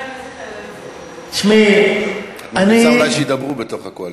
את רוצה אולי שידברו בתוך הקואליציה?